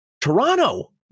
toronto